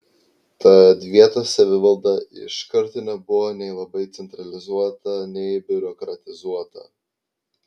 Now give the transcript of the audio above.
tad vietos savivalda iš karto nebuvo nei labai centralizuota nei biurokratizuota